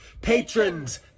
patrons